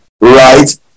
Right